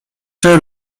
czy